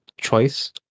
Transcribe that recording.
choice